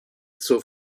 zur